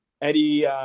Eddie